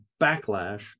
backlash